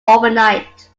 overnight